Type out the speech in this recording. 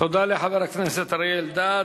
תודה לחבר הכנסת אריה אלדד.